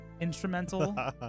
Instrumental